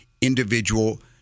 individual